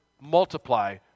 multiply